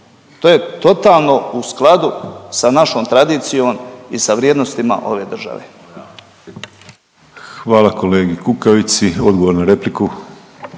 To je totalno u skladu sa našom tradicijom i sa vrijednostima ove države. **Penava, Ivan (DP)** Hvala kolegi Kukavici. Odgovor na repliku.